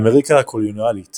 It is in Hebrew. אמריקה הקולוניאלית